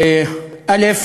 א.